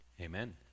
Amen